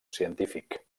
científic